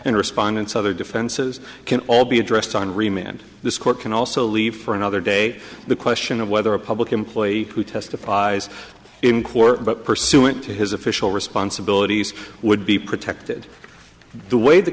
and respondents other defenses can all be addressed on remain and this court can also leave for another day the question of whether a public employee who testifies in court but pursuant to his official responsibilities would be protected the way the